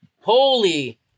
holy